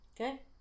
Okay